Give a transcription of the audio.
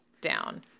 down